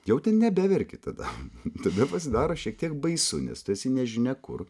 jau ten beverki tada tada pasidaro šiek tiek baisu nes tu esi nežinia kur